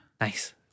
Nice